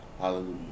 Hallelujah